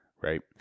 Right